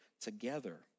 together